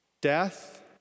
death